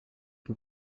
que